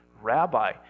rabbi